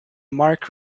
mark